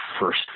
first